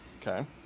Okay